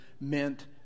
meant